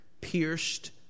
pierced